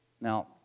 Now